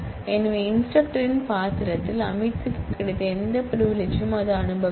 எனவே இன்ஸ்டிரக்டரின் பாத்திரத்தில் அமித்துக்கு கிடைத்த எந்த பிரிவிலிஜ்யும் அதை அனுபவிக்கும்